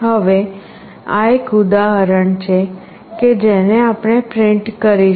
હવે આ એક ઉદાહરણ છે કે જેને આપણે પ્રિન્ટ કરીશું